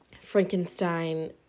Frankenstein